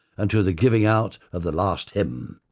until the giving out of the last hymn.